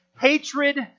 hatred